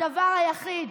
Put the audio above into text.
הדבר היחיד,